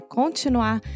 continuar